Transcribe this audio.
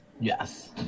Yes